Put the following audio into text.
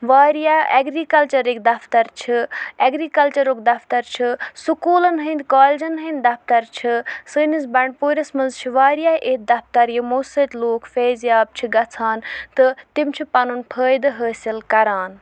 واریاہ اٮ۪گری کَلچرٕکۍ دَفتر چھِ اٮ۪گرِکَلچرُک دَفتر چھِ سکوٗلن ہٕندۍ کالجن ہٕندۍ دَفتر چھِ سٲنِس بنڈپوٗرِس منٛز چھِ واریاہ اِتھۍ دَفتر یِمو سۭتۍ لوٗکھ فیض یاب چھِ گژھان تہٕ تِم چھِ پَنُن فٲیدٕ حٲصِل کران